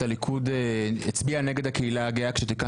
הרי גם לטענתם אם אני לוקח נגיד הצבעה שמית 20 דקות,